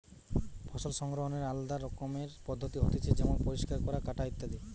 ফসল সংগ্রহনের আলদা রকমের পদ্ধতি হতিছে যেমন পরিষ্কার করা, কাটা ইত্যাদি